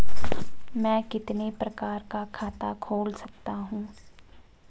मैं कितने प्रकार का खाता खोल सकता हूँ?